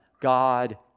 God